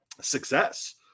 success